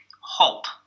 halt